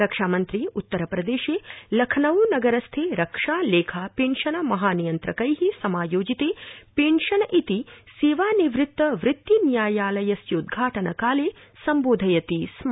रक्षामन्त्री उत्तरप्रदेशे लखनउ नगरस्थे रक्षा लेखा पेंशन महानियन्त्रकै समायोजिते पेंशन इति सेवानिवृत्त वृत्ति न्यायालयस्योद्घाटनकाले सम्बोधयति स्म